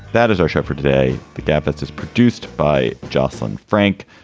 that is our show for today. the capitol is produced by jocelyn frank.